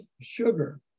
sugar